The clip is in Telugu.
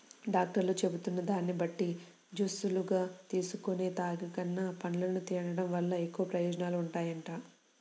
డాక్టర్లు చెబుతున్న దాన్ని బట్టి జూసులుగా జేసుకొని తాగేకన్నా, పండ్లను తిన్డం వల్ల ఎక్కువ ప్రయోజనాలుంటాయంట